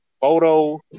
Photo